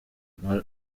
male